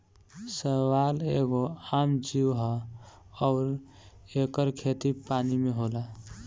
शैवाल एगो आम जीव ह अउर एकर खेती पानी में होला